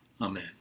amen